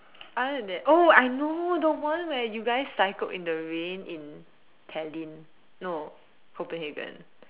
other than that oh I know the one where you guys cycled in the rain in Tallinn no Copenhagen